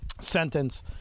sentence